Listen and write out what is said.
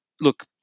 look